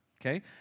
Okay